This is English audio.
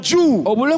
Jew